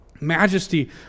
majesty